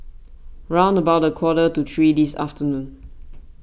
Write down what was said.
round about quarter to three this afternoon